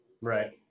right